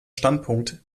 standpunkt